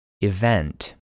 Event